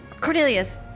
Cornelius